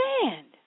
stand